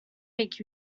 make